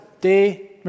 day